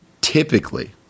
typically